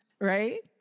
right